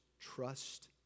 trust